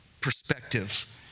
perspective